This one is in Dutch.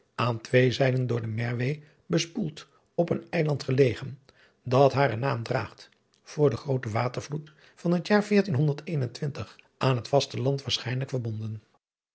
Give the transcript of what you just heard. aan twee zijden door de merwe bespoeld op een eiland gelegen dat haren naam draagt voor den grooten watervloed van het jaar aan het vaste land waarschijnlijk verbonden